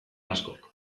askok